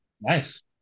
Nice